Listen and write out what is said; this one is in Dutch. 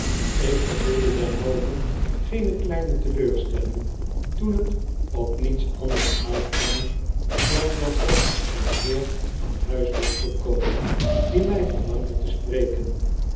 ik gevoelde derhalve geene kleine teleurstelling toen het op niets anders uitkwam dan dat er een heer aan huis was gekomen die my verlangde te spreken